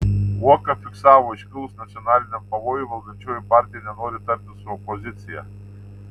uoka fiksavo iškilus nacionaliniam pavojui valdančioji partija nenori tartis su opozicija